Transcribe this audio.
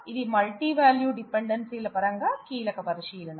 ఇది multi value డిపెండెన్సీల పరంగా కీలక పరిశీలన